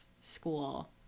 school